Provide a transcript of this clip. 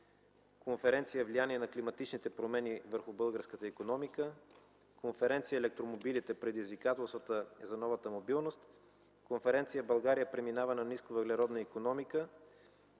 конференция „Влияние на климатичните промени върху българската икономика”, конференция „Електромобилите – предизвикателствата и за новата мобилност”, конференция „България преминава на нисковъглеродна икономика”,